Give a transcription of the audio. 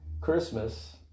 Christmas